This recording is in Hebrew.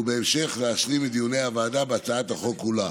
ובהמשך להשלים את דיוני הוועדה בהצעת החוק כולה.